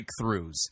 breakthroughs